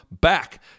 Back